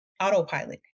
autopilot